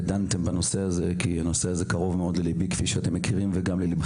ודנתם בנושא הזה כי הוא קרוב מאוד לליבי וגם לליבכם,